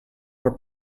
were